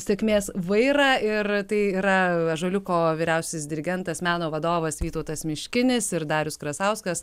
sėkmės vairą ir tai yra ąžuoliuko vyriausias dirigentas meno vadovas vytautas miškinis ir darius krasauskas